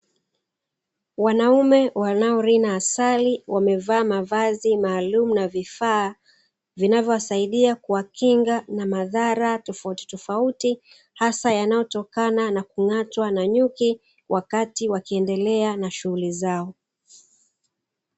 Wanaume wanao rina asali wamevaa mavazi maalumu na vifaa vinavyowasaidia kuwakinga na madhara tofautitofauti, hasa yanayotokana na nyuki, wakati wakiendelea na shughuli zao.